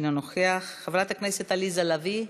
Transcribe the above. אינו נוכח, חברת הכנסת עליזה לביא,